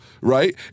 right